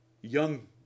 Young